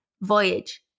Voyage